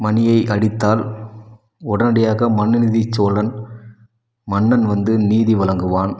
மணியை அடித்தால் உடனடியாக மனுநீதிச் சோழன் மன்னன் வந்து நீதி வழங்குவான்